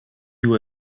you